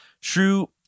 true